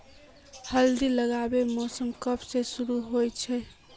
हल्दी लगवार मौसम कब से शुरू होचए?